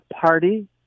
party